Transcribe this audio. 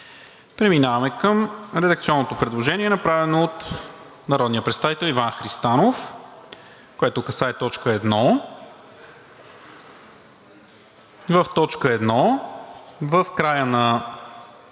Преминаваме към редакционното предложение, което е направено от народния представител Иван Христанов и касае т. 1. В т. 1 – в края на